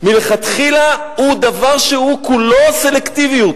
מלכתחילה דבר שהוא כולו סלקטיביות,